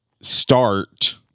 start